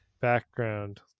background